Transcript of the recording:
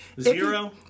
Zero